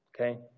Okay